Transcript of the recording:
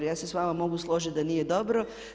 Ja se s vama mogu složiti da nije dobro.